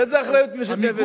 איזו אחריות משותפת?